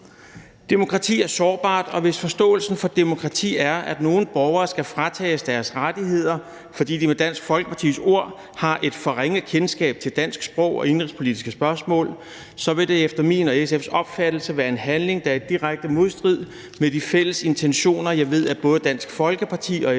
Demokrati er sårbart, og hvis forståelsen for demokrati er, at nogle borgere skal fratages deres rettigheder, fordi de med Dansk Folkepartis ord har et for »ringe kendskab til dansk sprog og indenrigspolitiske spørgsmål«, så vil det efter min og SF's opfattelse være en handling, der er i direkte modstrid med de fælles intentioner, som jeg ved at både Dansk Folkeparti og SF